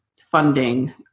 funding